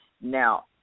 Now